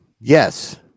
Yes